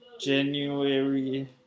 January